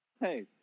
hey